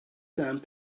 sand